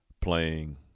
playing